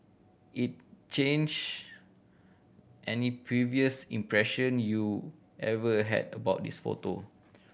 it change any previous impression you ever had about this photo